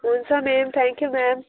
हुन्छ ma'am thank you ma'am